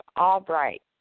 Albright